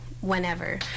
whenever